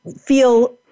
feel